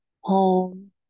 home